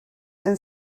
and